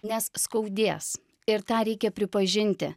nes skaudės ir tą reikia pripažinti